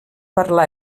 parlar